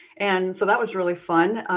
and so that was really fun.